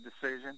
decision